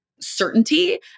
certainty